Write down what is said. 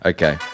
Okay